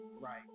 right